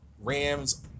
Rams